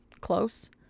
close